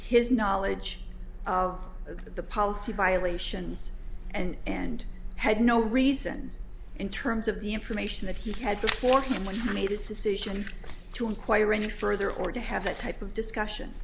his knowledge of the policy violations and and had no reason in terms of the information that he had for him when i made his decision to inquire any further or to have that type of discussion